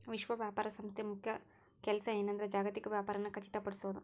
ವಿಶ್ವ ವ್ಯಾಪಾರ ಸಂಸ್ಥೆ ಮುಖ್ಯ ಕೆಲ್ಸ ಏನಂದ್ರ ಜಾಗತಿಕ ವ್ಯಾಪಾರನ ಖಚಿತಪಡಿಸೋದ್